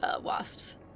wasps